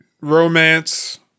Romance